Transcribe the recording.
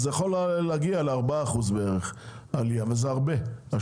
לכן, זה יכול להגיע לעלייה של בערך 4%. זה הרבה.